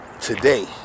today